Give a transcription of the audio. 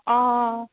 অঁ